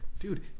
Dude